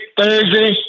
Thursday